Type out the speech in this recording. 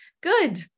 good